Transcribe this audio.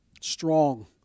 strong